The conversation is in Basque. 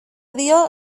dio